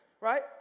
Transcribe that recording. Right